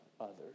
others